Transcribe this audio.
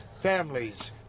Families